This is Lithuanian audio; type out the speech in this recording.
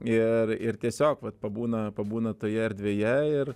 ir ir tiesiog vat pabūna pabūna toje erdvėje ir